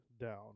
down